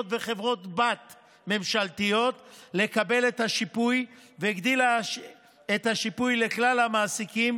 ולחברות בנות ממשלתיות לקבל את השיפוי והגדילה את השיפוי לכלל המעסיקים